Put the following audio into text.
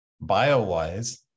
bio-wise